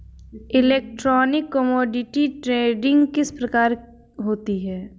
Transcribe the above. Electronic commodity trading किस प्रकार होती है?